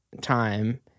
time